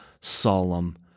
solemn